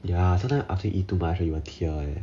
ya sometime after eat too much you will tear eh